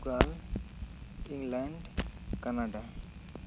Portugal England Canada